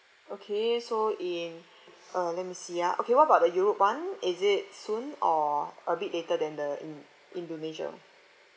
okay so in uh let me see ah okay what about the europe one is it soon or a bit later than the in~ indonesia